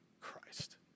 Christ